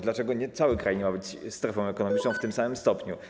Dlaczego cały kraj nie może być strefą ekonomiczną w takim samym stopniu?